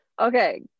Okay